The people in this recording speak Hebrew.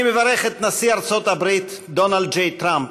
אני מברך את נשיא ארצות הברית, דונלד ג'יי טראמפ,